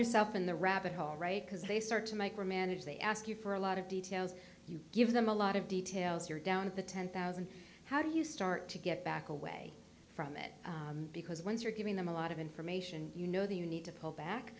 yourself in the rabbit hole right because they start to micromanage they ask you for a lot of details you give them a lot of details you're down to ten thousand how do you start to get back away from it because once you're giving them a lot of information you know that you need to pull back